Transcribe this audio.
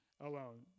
alone